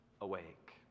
awake